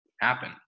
happen